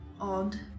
odd